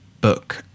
book